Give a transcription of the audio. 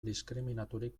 diskriminaturik